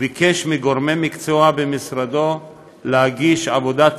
וביקש מגורמי מקצוע במשרדו להגיש עבודת